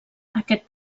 aquest